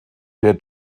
der